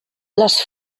les